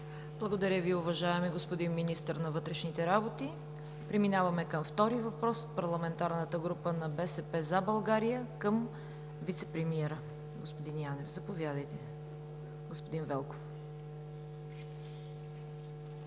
Благодаря Ви, уважаеми господин Министър на вътрешните работи. Преминаваме към втория въпрос от Парламентарната група „БСП за България“ към вицепремиера. Заповядайте. СЛАВЧО ВЕЛКОВ